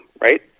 right